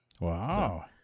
wow